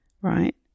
right